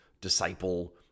disciple